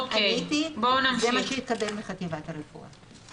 אכן כך עניתי, זה מה שהתקבל מחטיבת הרפואה.